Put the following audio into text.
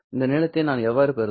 அந்த நீளத்தை நான் எவ்வாறு பெறுவது